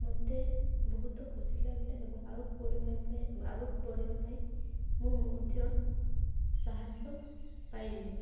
ମୋତେ ବହୁତ ଖୁସି ଲାଗିଲା ଏବଂ ଆଗକୁ ବଢ଼ିବା ପାଇଁ ଆଗକୁ ବଢ଼ିବା ପାଇଁ ମୁଁ ମଧ୍ୟ ସାହସ ପାଇଲି